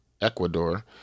Ecuador